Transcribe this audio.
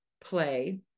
play